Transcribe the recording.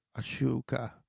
Ashuka